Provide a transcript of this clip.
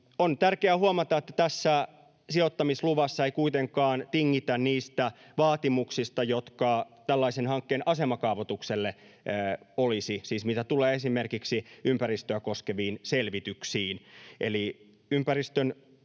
On tärkeää huomata, että tässä sijoittamisluvassa ei kuitenkaan tingitä niistä vaatimuksista, jotka tällaisen hankkeen asemakaavoitukselle olisi, siis mitä tulee esimerkiksi ympäristöä koskeviin selvityksiin.